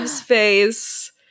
face